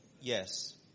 Yes